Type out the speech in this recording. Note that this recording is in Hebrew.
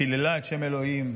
חיללה את שם אלוהים,